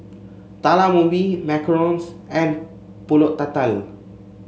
Talam Ubi macarons and pulut tatal